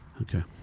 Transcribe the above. Okay